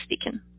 speaking